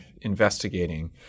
investigating